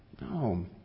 No